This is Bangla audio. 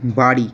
বাড়ি